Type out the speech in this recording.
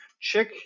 check